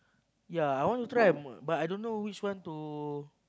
yea I want to try but I don't know which one to